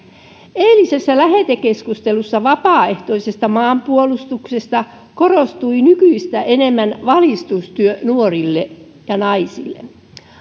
eilisessä lähetekeskustelussa vapaaehtoisesta maanpuolustuksesta korostui nykyistä enemmän valistustyö nuorille ja naisille